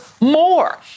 more